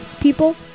people